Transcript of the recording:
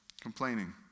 Complaining